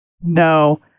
No